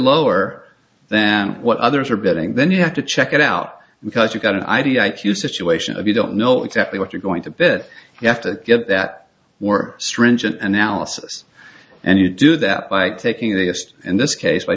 lower than what others are betting then you have to check it out because you've got an idea if you situation if you don't know exactly what you're going to bid you have to give that more stringent analysis and you do that by taking the test in this case by